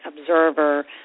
observer